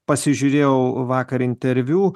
pasižiūrėjau vakar interviu